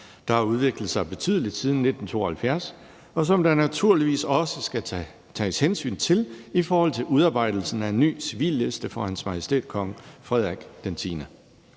der har udviklet sig betydeligt siden 1972, og som der naturligvis også skal tages hensyn til i forhold til udarbejdelsen af en ny civilliste for Hans Majestæt Kong Frederik X.